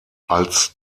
als